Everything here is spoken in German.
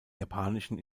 japanischen